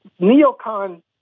neocon